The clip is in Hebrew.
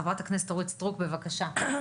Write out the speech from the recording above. חברת הכנסת אורית סטרוק, בבקשה.